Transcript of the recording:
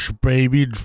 Baby